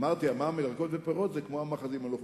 אמרתי: המע"מ על ירקות ופירות זה כמו המאחזים הלא-חוקיים.